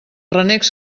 renecs